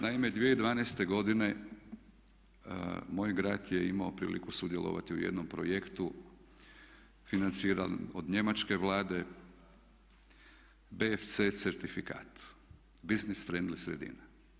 Naime, 2012. godine moj grad je imao priliku sudjelovati u jednom projektu financiranom od njemačke Vlade, BFC certifikat, bussiness friendly sredina.